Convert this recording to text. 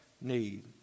need